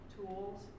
tools